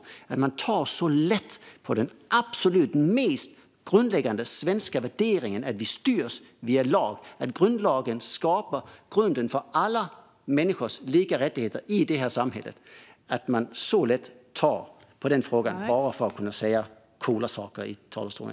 Hur kan man ta så lätt på den absolut mest grundläggande svenska värderingen: att vi styrs via lag och att grundlagen skapar grunden för alla människors lika rättigheter i det här samhället? Jag förstår inte hur man kan ta så lätt på den frågan bara för att kunna säga coola saker i talarstolen.